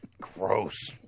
Gross